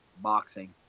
Boxing